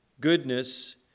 goodness